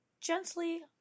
gently